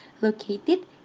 located